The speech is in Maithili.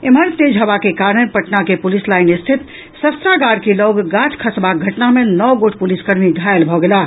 एम्हर तेज हवा के कारण पटना के पुलिस लाईन स्थित शस्त्रागार के लऽग गाछ खसबाक घटना मे नओ गोट पुलिसकर्मी घायल भऽ गेलाह